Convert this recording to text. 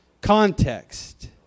context